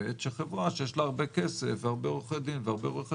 שוטפת של חברה שיש לה הרבה כסף והרבה עו"ד והרבה רו"ח,